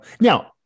now